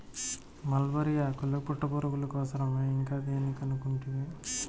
mulberry ఆకులు పట్టుపురుగుల కోసరమే ఇంకా దేని కనుకుంటివి